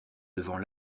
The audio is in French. devant